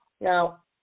Now